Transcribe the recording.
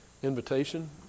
Invitation